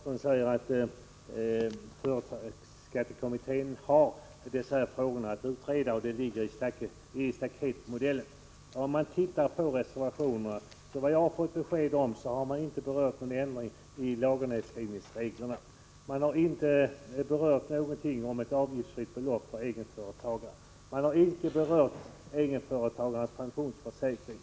Fru talman! Bo Forslund säger att företagsskattekommittén har att utreda dessa frågor; det hör ihop med staketmodellen. Men enligt vad jag har fått besked om har man inte diskuterat någon ändring i lagernedskrivningsreglerna, man har inte talat om ett avgiftsfritt belopp för egenföretagare och man har inte berört egenföretagarnas pensionsförsäkring.